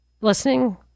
listening